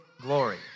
glory